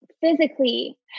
physically